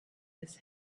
his